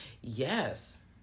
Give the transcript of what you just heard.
Yes